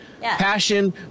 passion